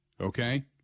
Okay